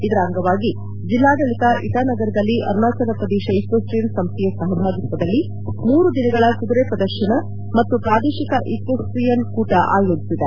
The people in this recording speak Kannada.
ಇದರ ಅಂಗವಾಗಿ ಜಿಲ್ಲಾಡಳಿತ ಇಟಾನಗರದಲ್ಲಿ ಅರುಣಾಚಲ ಪ್ರದೇಶ ಈಕ್ಷೇಸ್ಲೀಯನ್ ಸಂಸ್ಥೆಯ ಸಹಭಾಗಿತ್ತದಲ್ಲಿ ಮೂರು ದಿನಗಳ ಕುದುರೆ ಪ್ರದರ್ಶನ ಮತ್ತು ಪ್ರಾದೇಶಿಕ ಈಕ್ಷೇಸ್ಟೀಯನ್ ಕೂಟ ಆಯೋಜಿಸಿದೆ